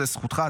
זו זכותך,